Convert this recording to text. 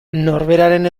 norberaren